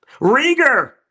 Rieger